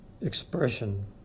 expression